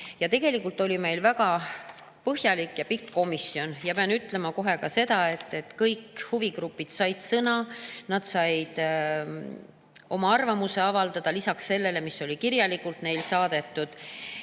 Tegelikult oli meil väga põhjalik ja pikk komisjoni [istung] ja pean ütlema kohe ka seda, et kõik huvigrupid said sõna. Nad said oma arvamuse avaldada lisaks sellele, mis oli kirjalikult saadetud.